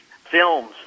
films